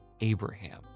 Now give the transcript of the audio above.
Abraham